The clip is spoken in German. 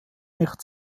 nicht